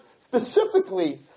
specifically